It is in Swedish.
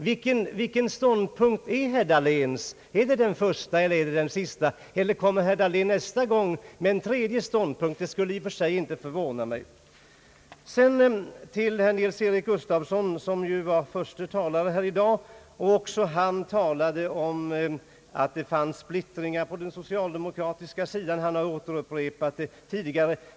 Vilken ståndpunkt är herr Dahléns? Är det den första eller den sista, eller kommer herr Dahlén nästa gång med en tredje ståndpunkt? Det skulle i och för sig inte förvåna mig. Herr Nils-Eric Gustafsson, den förste talaren i dag menade att det fanns splittring på den socialdemokratiska sidan.